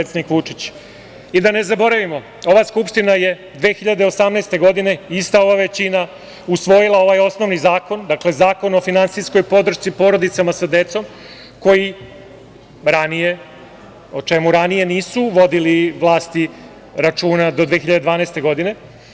Da ne zaboravim, ova Skupština je 2018. godina, ista ova većina, usvojila ovaj osnovni zakon, dakle Zakon o finansijskoj podršci porodicama sa decom, o čemu ranije nisu vlasti vodile računa, do 2012. godine.